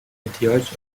احتیاج